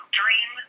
dream